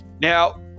now